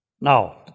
Now